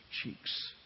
cheeks